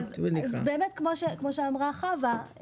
כמו שאמרה חוה,